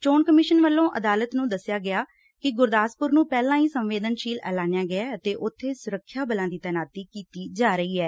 ਚੋਣ ਕਮਿਸ਼ਨ ਵੱਲੋਂ ਅਦਾਲਤ ਨੂੰ ਦਸਿਆ ਗਿਆ ਕਿ ਗੁਰਦਾਸਪੁਰ ਨੂੰ ਪਹਿਲਾਂ ਹੀ ਸੰਵੇਦਨਸ਼ੀਲ ਐਲਨਾਇਆ ਗਿਆ ਅਤੇ ਉਥੇ ਸੁਰੱਖਿਆ ਬਲਾਂ ਦੀ ਤੈਨਾਤੀ ਕੀਤੀ ਜਾ ਰਹੀ ਏ